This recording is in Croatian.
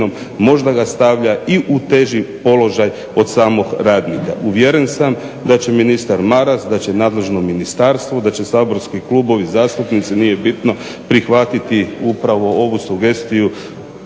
možda ga stavlja i u teži položaj od samog radnika. Uvjeren sam da će ministar Maras, da će nadležno ministarstvo, da će saborski klubovi, zastupnici, nije bitno prihvatiti upravo ovu sugestiju